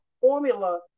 formula